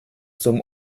zum